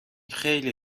خیلی